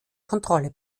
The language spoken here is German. kontrolle